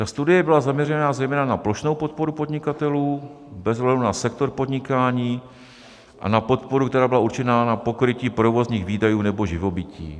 Studie byla zaměřena zejména na plošnou podporu podnikatelů bez ohledu na sektor podnikání a na podporu, která byla určená na pokrytí provozních výdajů nebo živobytí.